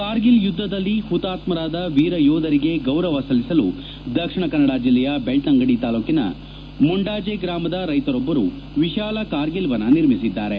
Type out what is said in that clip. ಕಾರ್ಗಿಲ್ ಯುದ್ದದಲ್ಲಿ ಹುತಾತ್ಮರಾದ ವೀರ ಯೋಧರಿಗೆ ಗೌರವ ಸಲ್ಲಿಸಲು ದಕ್ಷಿಣ ಕನ್ನದ ಜಿಲ್ಲೆಯ ಬೆಳ್ತಂಗಡಿ ತಾಲೂಕಿನ ಮುಂಡಾಜೆ ಗ್ರಾಮದ ರೈತರೊಬ್ಬರು ವಿಶಾಲ ಕಾರ್ಗಿಲ್ ವನ ನಿರ್ಮಿಸಿದ್ದಾರೆ